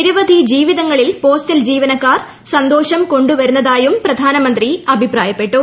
നിരവധി ജീവിതങ്ങളിൽ പോസ്റ്റൽ ജീവനക്കാർ സന്തോഷം കൊണ്ടു വരുന്നതായും പ്രധാനമന്ത്രി അഭിപ്രായപ്പെട്ടു